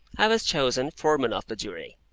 i was chosen foreman of the jury.